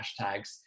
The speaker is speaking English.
hashtags